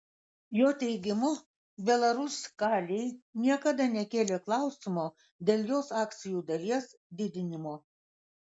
jo teigimu belaruskalij niekada nekėlė klausimo dėl jos akcijų dalies didinimo